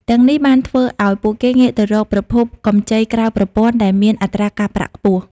ទាំងនេះបានធ្វើឱ្យពួកគេងាកទៅរកប្រភពកម្ចីក្រៅប្រព័ន្ធដែលមានអត្រាការប្រាក់ខ្ពស់ ។